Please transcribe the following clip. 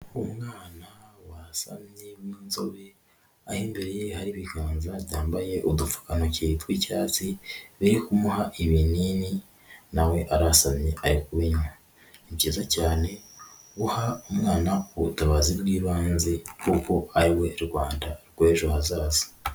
Umwana wasamye w'inzobe, aho imbere ye hari ibiganza byambaye udupfukantoki tw'icyatsi biri kumuha ibinini nawe arasamye ari kubinywa. Ni byiza cyane guha umwana ubutabazi bw'ibanze kuko ari we Rwanda rw'ejo hazaza.